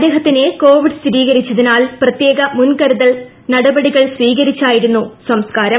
അദ്ദേഹത്തിന് കോവിഡ് സ്ഥിരീകരിച്ചതിനാൽ പ്രത്യേക മുൻകരുതൽ നടപടികൾ സ്വീകരിച്ചായിരുന്നു സംസ്കാരം